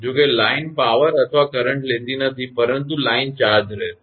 જોકે line power અથવા current લેતી નથી પરંતુ લાઇન ચાર્જ રહેશે